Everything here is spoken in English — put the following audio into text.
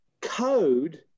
code